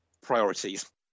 priorities